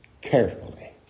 Carefully